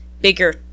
bigger